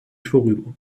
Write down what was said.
vorüber